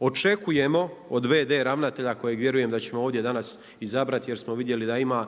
Očekujemo od v.d. ravnatelja kojeg vjerujem da ćemo ovdje danas izabrati jer smo vidjeli da ima